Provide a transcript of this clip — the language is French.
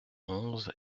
onze